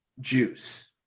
Juice